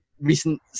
recent